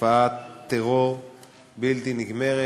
בתופעת טרור בלתי נגמרת.